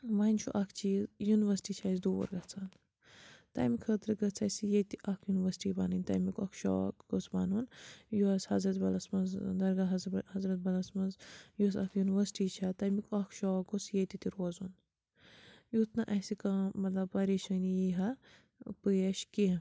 وۄنۍ چھُ اَکھ چیٖز یونیورسٹی چھِ اسہِ دوٗر گژھان تَمہِ خٲطرٕ گٔژھ اسہِ ییٚتہِ اَکھ یونیورسٹی بَنٕنۍ تَمیٛک اَکھ شاخ گوٚژھ بَنُن یۅس حضرت بَلَس منٛز درگاہ حضرت بَلَس منٛز یۄس اَکھ یونیورسٹی چھِ تَمیٛک اَکھ شاخ گوٚژھ ییٚتہِ تہِ روزُن یُتھ نہٕ اسہِ کانٛہہ مطلب پرییشٲنی یی ہا ٲں پیش کیٚنٛہہ